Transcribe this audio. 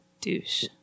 douche